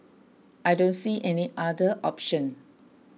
I don't see any other option